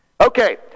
Okay